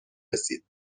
رسید